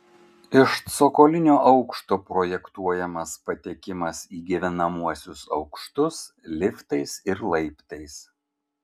iš cokolinio aukšto projektuojamas patekimas į gyvenamuosius aukštus liftais ir laiptais